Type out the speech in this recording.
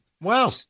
Wow